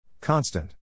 Constant